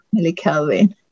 millikelvin